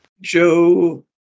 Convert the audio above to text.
Joe